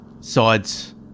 sides